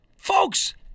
Folks